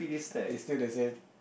is still the same